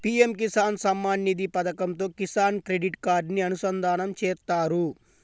PM Kisan Samman Nidhi పథకంతో Kisan credit కార్డుని అనుసంధానం చేత్తారు